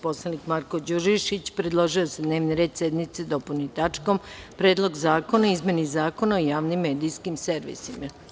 Poslanik Marko Đurišić predložio je da se dnevni red sednice dopuni tačkom – Predlog zakona o izmeni Zakona o javnim medijskim servisima.